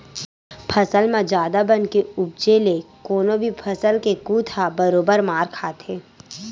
फसल म जादा बन के उपजे ले कोनो भी फसल के कुत ह बरोबर मार खाथे